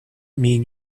mean